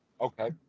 Okay